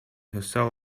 herself